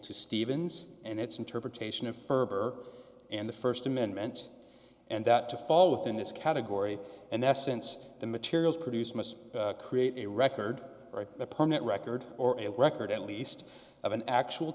to stevens and its interpretation of ferber and the st amendment and that to fall within this category and the essence the materials produced must create a record or a permanent record or a record at least of an actual